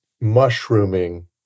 mushrooming